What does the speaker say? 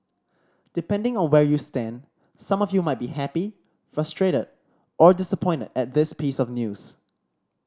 depending on where you stand some of you might be happy frustrated or disappointed at this piece of news